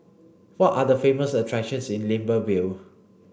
what are the famous attractions in Libreville